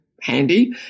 HANDY